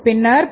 பின்னர்10